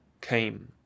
Came